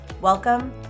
Welcome